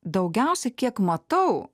daugiausiai kiek matau